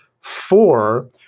four